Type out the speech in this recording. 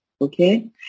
okay